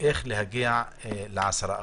לגבי איך להגיע ל-10%.